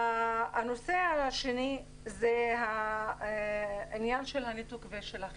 הנושא השלישי זה העניין של הניתוק והחיבור.